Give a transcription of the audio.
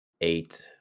eight